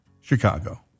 Chicago